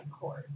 court